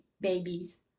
babies